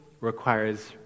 requires